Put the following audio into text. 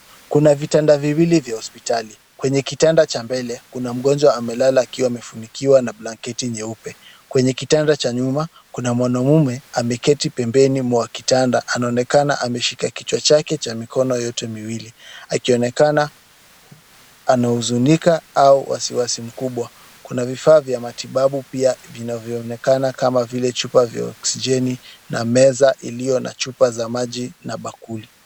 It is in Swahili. Kuna vitanda viwili vya hospitali. Kwenye kitanda cha mbele kuna mgonjwa amelala akiwa amefunikiwa na blanketi nyeupe. Kwenye kitanda cha nyuma kuna mwanaume ameketi pembeni mwa kitanda. Anaonekana kichwa chake cha mikono yote miwili akionekana anahuzunika au wasiwasi mkubwa. Kuna vifaa vya matibabu pia vinavyoonekana kama vile vyupa vya oksijeni na meza iliyo na chupa za maji na bakuli.